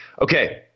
Okay